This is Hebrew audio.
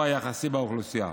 השאלה,